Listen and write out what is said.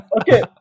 okay